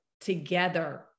together